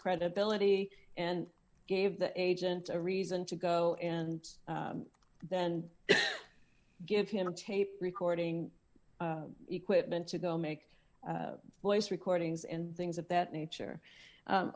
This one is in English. credibility and gave the agent a reason to go and then give him a tape recording equipment to go make voice recordings and things of that nature